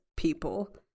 people